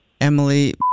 Emily